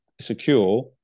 secure